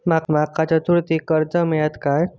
माका चतुर्थीक कर्ज मेळात काय?